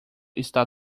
está